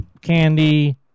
candy